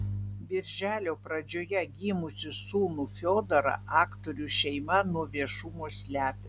birželio pradžioje gimusį sūnų fiodorą aktorių šeima nuo viešumo slepia